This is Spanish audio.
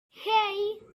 hey